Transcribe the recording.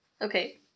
Okay